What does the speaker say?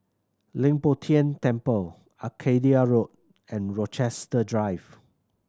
Leng Poh Tian Temple Arcadia Road and Rochester Drive